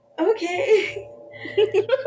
okay